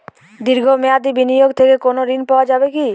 দীর্ঘ মেয়াদি বিনিয়োগ থেকে কোনো ঋন পাওয়া যাবে কী?